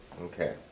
Okay